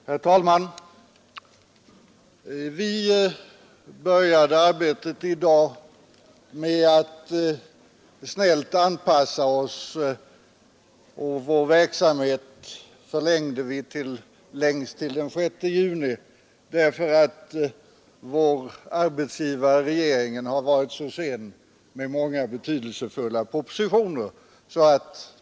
Herr talman! Vi började arbetet i dag med att snällt anpassa oss till regeringens propåer, vi förlängde vårsessionen till längst den 6 juni därför att regeringen varit så sen med många betydelsefulla propositioner.